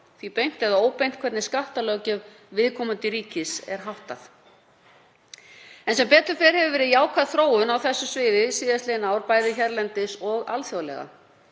því beint eða óbeint hvernig skattalöggjöf viðkomandi ríkis er háttað. En sem betur fer hefur verið jákvæð þróun á þessu sviði síðastliðin ár, bæði hérlendis og alþjóðlega.